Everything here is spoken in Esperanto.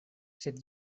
sed